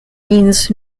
means